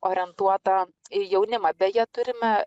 orientuotą į jaunimą beje turime